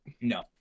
No